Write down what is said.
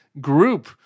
group